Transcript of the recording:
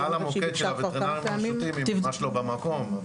היא ביקשה כבר מספר פעמים.